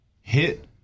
hit